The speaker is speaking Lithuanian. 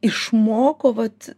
išmoko vat